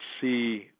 see